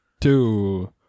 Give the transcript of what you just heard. Two